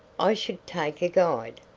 i should take a guide.